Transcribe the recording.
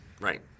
right